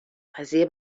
قضیه